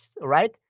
right